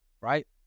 Right